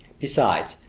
besides,